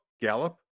Gallop